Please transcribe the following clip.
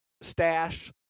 stash